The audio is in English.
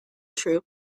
troop